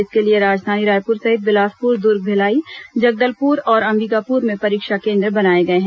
इसके लिए राजधानी रायपुर सहित बिलासपुर दुर्ग मिलाई जगदलपुर और अंबिकापुर में परीक्षा केन्द्र बनाए गए हैं